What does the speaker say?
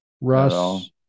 russ